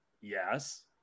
Yes